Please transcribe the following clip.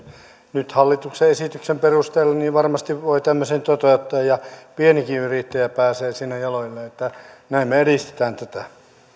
nyt hallituksen esityksen perusteella varmasti voi tämmöisen toteuttaa ja pienikin yrittäjä pääsee siinä jaloilleen näin me edistämme tätä